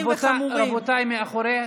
רבותיי מאחור.